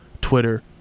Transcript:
Twitter